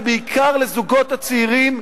ובעיקר לזוגות הצעירים,